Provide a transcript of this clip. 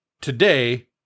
Today